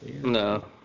No